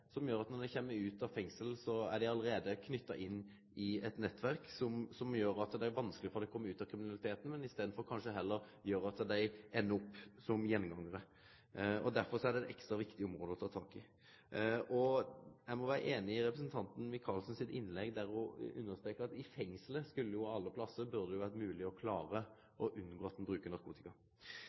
som gjer at når dei kjem ut av fengselet, er dei allereie knytte inn i eit nettverk som gjer at det er vanskeleg for dei å kome seg ut av kriminaliteten, og som i staden kanskje heller gjer at dei endar opp som gjengangarar. Derfor er det eit ekstra viktig område å ta tak i. Eg må vere einig i representanten Michaelsen sitt innlegg der ho understrekar at i fengselet burde det av alle plassar vere mogleg å klare å unngå å bruke narkotika.